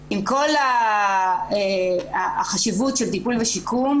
עם כל החשיבות של טיפול ושיקום,